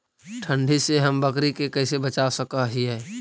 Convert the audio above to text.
ठंडी से हम बकरी के कैसे बचा सक हिय?